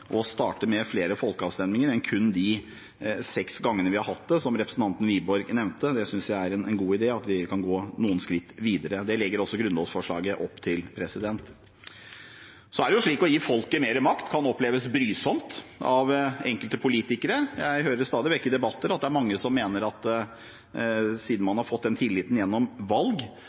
å starte med flere folkeavstemninger enn kun de seks gangene vi har hatt det, som representanten Wiborg nevnte. Jeg synes det er en god idé at vi kan gå noen skritt videre. Det legger også grunnlovsforslaget opp til. Det å gi folket mer makt kan oppleves brysomt av enkelte politikere. Jeg hører stadig vekk i debatter at mange mener at siden man har fått den tilliten gjennom valg,